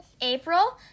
April